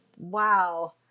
wow